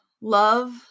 love